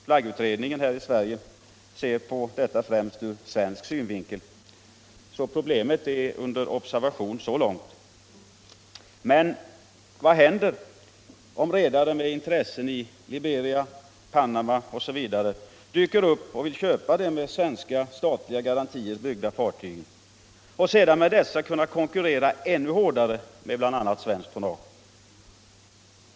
Flaggutredningen studerar det främst ur svensk synpunkt. Problemet är alltså under observation så långt. Men vad händer om redare med intressen i Liberia, Panama osv. dyker upp och vill köpa de med svenska statliga garantier byggda fartygen och sedan med dessa kunna konkurrera ännu hårdare med bl.a. svenskt tonnage?